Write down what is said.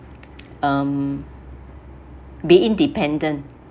um be independent